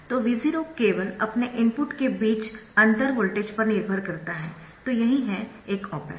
तो V0 केवल अपने इनपुट के बीच अंतर वोल्टेज पर निर्भर है तो यही है एक ऑप एम्प